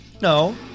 No